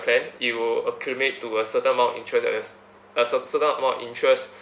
plan you accumulate to a certain amount of interest at a a cer~ certain amount of interest